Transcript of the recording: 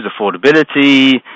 affordability